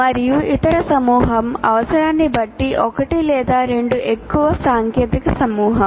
మరియు ఇతర సమూహం అవసరాన్ని బట్టి ఒకటి లేదా రెండు ఎక్కువ సాంకేతిక సమూహం